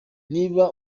niba